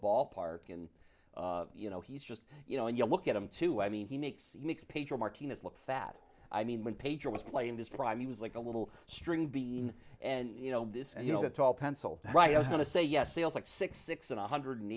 ballpark and you know he's just you know when you look at him too i mean he makes you makes pedro martinez look fat i mean when paper was playing his prime he was like a little string bean and you know this and you know that tall pencil right i was going to say yes sales like six six and one hundred